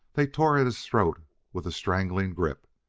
they tore at his throat with a strangling grip,